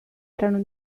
erano